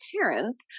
parents